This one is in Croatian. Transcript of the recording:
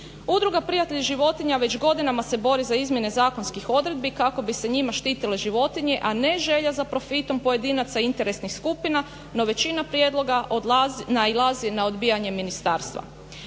Udruga Prijatelji životinja već godinama se bore za izmjene zakonskih odredbi kako bi se njime štitile životinje a ne želja profitom pojedinaca, interesnih skupina. No većina prijedloga nailazi na odbijanje ministarstva.